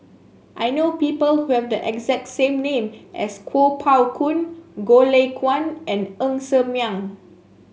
I know people who have the exact same name as Kuo Pao Kun Goh Lay Kuan and Ng Ser Miang